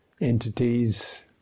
entities